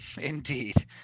Indeed